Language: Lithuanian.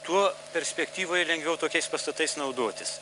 tuo perspektyvoje lengviau tokiais pastatais naudotis